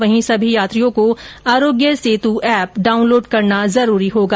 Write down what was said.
वहीं सभी यात्रियों को आरोग्य सेत एप डाउनलोड करना जरूरी होगा